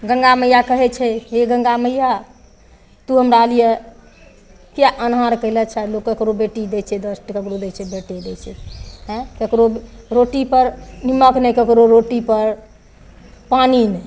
गंगा मैया कहै छै हे गंगा मैया तू हमरा लिए किया अन्हार कैले छऽ ककरो बेटी दै छै दस टा छै ककरो दै छै बेटे दै छै आँय ककरो रोटीपर नीमक नहि ककरो रोटीपर पानि नहि